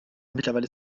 mittlerweile